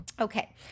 Okay